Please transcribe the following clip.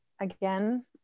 again